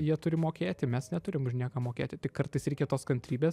jie turi mokėti mes neturim už nieką mokėti tik kartais reikia